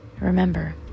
Remember